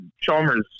Chalmers